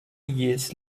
years